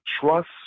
trust